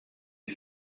des